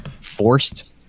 forced